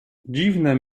dziwne